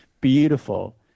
beautiful